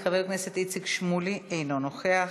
חבר הכנסת איציק שמולי, אינו נוכח,